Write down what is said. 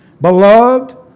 Beloved